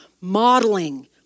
modeling